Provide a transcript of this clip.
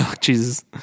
Jesus